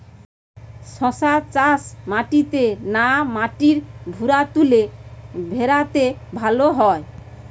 শশা চাষ মাটিতে না মাটির ভুরাতুলে ভেরাতে ভালো হয়?